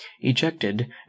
ejected